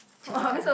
choose a card